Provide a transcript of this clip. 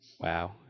Wow